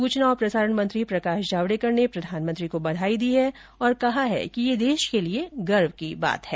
सूचना और प्रसारण मंत्री प्रकाश जावड़ेकर ने प्रधानमंत्री को बघाई दी है और कहा कि यह देश के लिए गर्व की बात है